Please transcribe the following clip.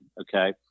Okay